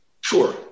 Sure